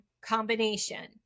combination